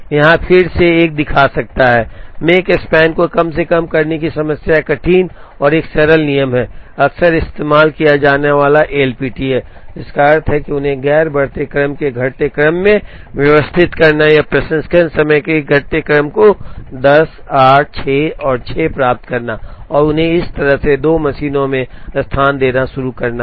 यहाँ फिर से एक दिखा सकता है कि Makespan को कम से कम करने की समस्या कठिन और एक सरल नियम है अक्सर इस्तेमाल किया जाने वाला एलपीटी है जिसका अर्थ है कि उन्हें गैर बढ़ते क्रम के घटते क्रम में व्यवस्थित करना या प्रसंस्करण समय के घटते क्रम को 10 8 6 और 6 प्राप्त करना और उन्हें इस तरह से 2 मशीनों में स्थान देना शुरू करना है